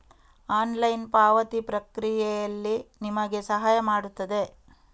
online ಪಾವತಿ ಪ್ರಕ್ರಿಯೆಯಲ್ಲಿ ನಿಮಗೆ ಸಹಾಯ ಮಾಡುತ್ತದೆ